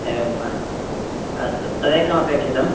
एवं वा अस्तु तदेकमपेक्षितम्